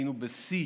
היינו בשיא